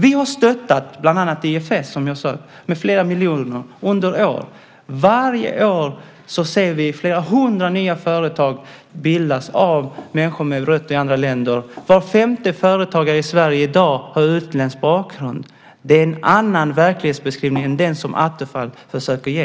Vi har stöttat bland annat IFS, som jag sade, med flera miljoner under flera år. Varje år ser vi flera hundra nya företag bildas av människor med rötter i andra länder. Var femte företagare i Sverige i dag har utländsk bakgrund. Det är en annan verklighetsbeskrivning än den som Attefall försöker ge.